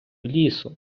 лісу